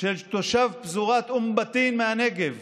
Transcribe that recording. של תושב פזורת אום-בטין מהנגב,